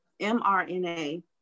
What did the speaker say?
mRNA